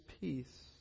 peace